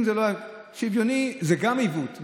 אם זה שוויוני זה גם עיוות,